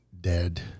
dead